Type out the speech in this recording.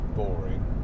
boring